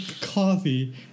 coffee